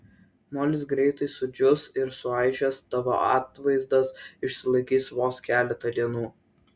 molis greitai sudžius ir suaižęs tavo atvaizdas išsilaikys vos keletą dienų